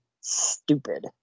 stupid